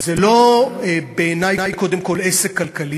בעיני זה לא קודם כול עסק כלכלי,